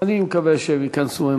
אני מקווה שהם ייכנסו.